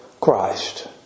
Christ